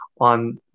on